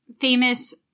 famous